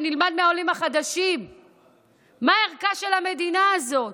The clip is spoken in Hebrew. ונלמד מהעולים החדשים מה ערכה של המדינה הזאת.